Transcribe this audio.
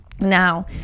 Now